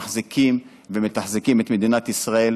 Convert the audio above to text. מחזיקים ומתחזקים את מדינת ישראל